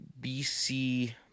bc